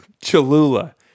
Cholula